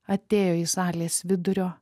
atėjo į salės vidurio